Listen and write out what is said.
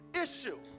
issue